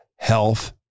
health